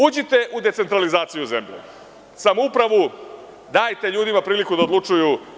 Uđite u decentralizaciju zemlje, samoupravu, dajte ljudima priliku da odlučuju.